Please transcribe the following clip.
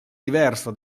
diverso